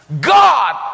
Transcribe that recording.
God